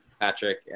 Patrick